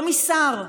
לא משר.